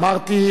אמרתי,